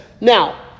Now